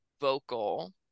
vocal